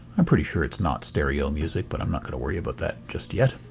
i'm pretty sure it's not stereo music but i'm not going to worry about that just yet